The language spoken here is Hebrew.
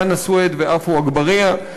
חנא סוייד ועפו אגבאריה.